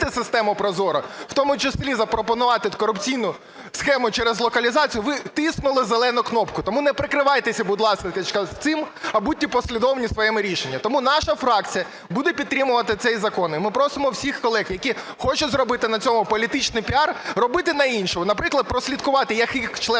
систему ProZorro, в тому числі запропонувати корупційну схему через локалізацію, ви тиснули зелену кнопку. Тому не прикривайтесь, будь ласка, цим, а будьте послідовні у своєму рішенні. Тому наша фракція буде підтримувати цей закон. І ми просимо всіх колег, які хочуть зробити на цьому політичний піар, робити на іншому. Наприклад, прослідкувати, як їх члени